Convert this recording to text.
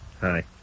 Hi